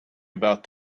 about